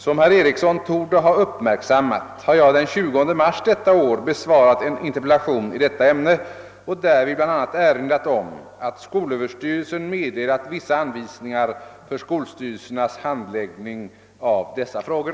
Som herr Eriksson torde ha uppmärksammat har jag den 20 mars detta år besvarat en interpellation i detta ämne och därvid bl.a. erinrat om att skolöverstyrelsen meddelat vissa anvisningar för skolstyrelsernas handläggning av dessa frågor.